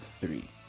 three